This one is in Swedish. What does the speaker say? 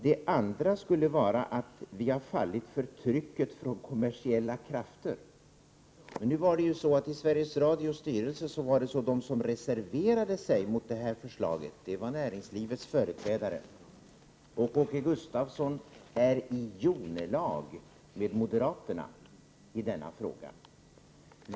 Det andra skulle vara att vi har fallit för trycket från kommersiella krafter. Men i Sveriges Radios styrelse var det näringslivets företrädare som reserverade sig mot förslaget! Åke Gustavsson är i denna fråga i hjonelag med moderaterna.